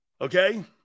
Okay